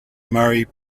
murray